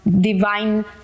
divine